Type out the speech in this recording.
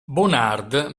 bonard